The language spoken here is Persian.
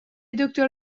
دکتر